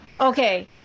Okay